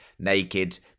naked